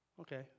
okay